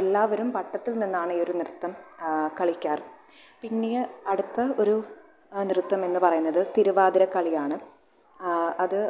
എല്ലാവരും വട്ടത്തിൽ നിന്നാണ് ഈ ഒരു നൃത്തം കളിക്കാറ് പിന്നെ അടുത്ത ഒരു നൃത്തം എന്ന് പറയുന്നത് തിരുവാതിരക്കളിയാണ് അത്